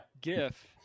GIF